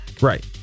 Right